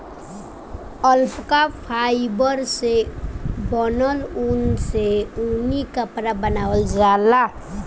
alpaca fibre से बनल ऊन से ऊनी कपड़ा बनावल जाला